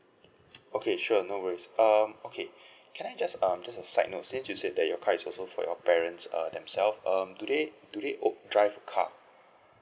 okay sure no worries um okay can I just um just a side note since you said that your car is also for your parents err themself um do they do they of~ drive a car